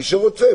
מי שרוצה.